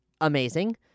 amazing